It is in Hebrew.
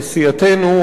בסיעתנו,